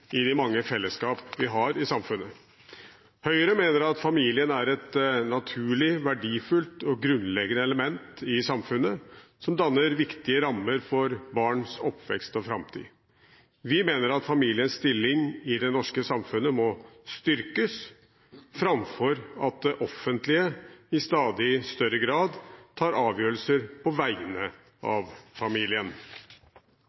i de mange fellesskap vi har i samfunnet. Vi i Høyre mener at familien er et naturlig, verdifullt og grunnleggende element i samfunnet, som danner viktige rammer for barns oppvekst og framtid. Vi mener at familiens stilling i det norske samfunnet må styrkes, framfor at det offentlige i stadig større grad tar avgjørelser på vegne